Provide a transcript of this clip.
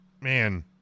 man